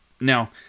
Now